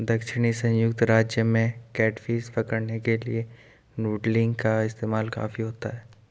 दक्षिणी संयुक्त राज्य में कैटफिश पकड़ने के लिए नूडलिंग का इस्तेमाल काफी होता है